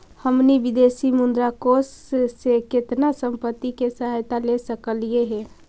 हमनी विदेशी मुद्रा कोश से केतना संपत्ति के सहायता ले सकलिअई हे?